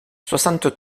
soixante